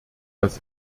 das